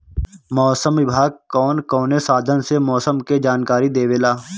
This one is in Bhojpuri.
मौसम विभाग कौन कौने साधन से मोसम के जानकारी देवेला?